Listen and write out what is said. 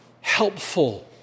helpful